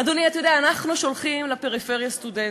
אדוני, אתה יודע, אנחנו שולחים לפריפריה סטודנטים,